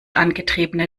angetriebene